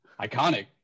Iconic